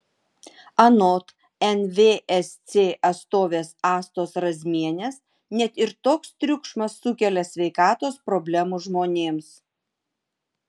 anot nvsc atstovės astos razmienės net ir toks triukšmas sukelia sveikatos problemų žmonėms